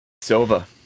Silva